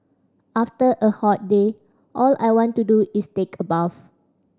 after a hot day all I want to do is take a bath